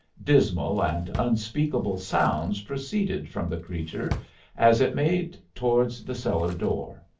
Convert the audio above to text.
dismal and unspeakable sounds proceeded from the creature as it made towards the cellar-door.